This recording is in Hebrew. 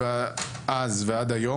אז ועד היום,